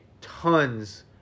tons